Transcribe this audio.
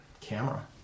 camera